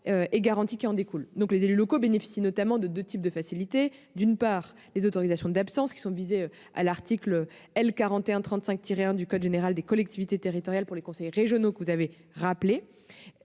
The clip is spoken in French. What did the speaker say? et garanties qui en découlent. Les élus locaux bénéficient notamment de deux types de facilités : d'une part, les autorisations d'absence visées aux articles L. 4135-1 du code général des collectivités territoriales pour les conseillers régionaux et L. 3123-1 pour les